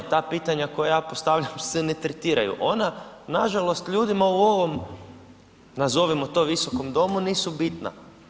Ta pitanja koja ja postavljam se ne tretiraju, ona nažalost ljudima u ovom nazovimo to visokom domu nisu bitna.